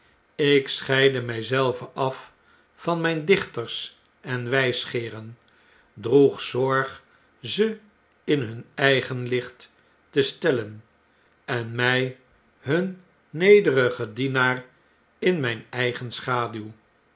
ik scheidde my zelven af van myn dichters en wijsgeeren droeg zorg ze in hun eigen licht te stellen enmy hunnederigen dienaar in myn eigen schaduw